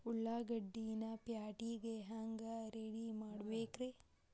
ಉಳ್ಳಾಗಡ್ಡಿನ ಪ್ಯಾಟಿಗೆ ಹ್ಯಾಂಗ ರೆಡಿಮಾಡಬೇಕ್ರೇ?